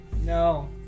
No